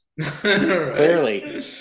clearly